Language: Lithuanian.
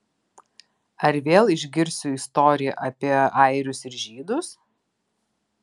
ar vėl išgirsiu istoriją apie airius ir žydus